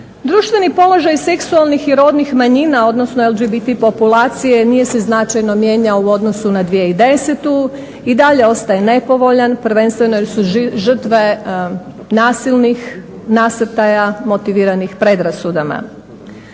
Društveni položaj seksualnih i rodnih manjina odnosno LGBT populacije nije se značajno mijenjao u odnosu na 2010. I dalje ostaje nepovoljan prvenstveno jer su žrtve nasilnih nasrtaja motiviranih predrasudama.